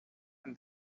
and